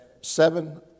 Seven